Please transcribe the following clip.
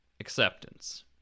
Acceptance